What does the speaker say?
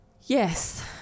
Yes